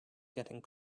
getting